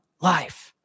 life